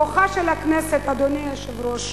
כוחה של הכנסת, אדוני היושב-ראש,